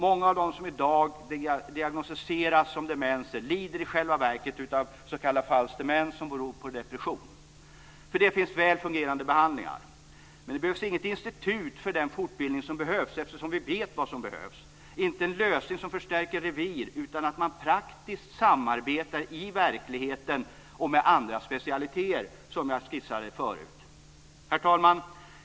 Många av dem som i dag diagnostiseras som dementa lider i själva verket av s.k. falsk demens som beror på depression. För det finns väl fungerande behandlingar. Det behövs inget institut för den fortbildning som behövs eftersom vi vet vad som behövs. Det behövs inte en lösning som förstärker revir utan att man praktiskt samarbetar i verkligheten med andra specialiteter, som jag skissade förut. Herr talman!